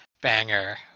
banger